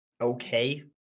okay